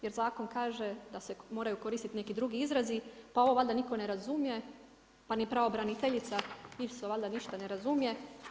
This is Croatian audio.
Jer zakon kaže da se moraju koristiti neki drugi izrazi, pa ovo valjda nitko ne razumije, pa ni pravobraniteljica isto ništa ne razumije.